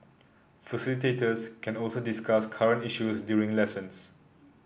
facilitators can also discuss current issues during lessons